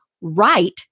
right